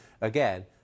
again